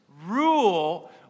rule